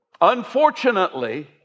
Unfortunately